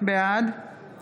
בעד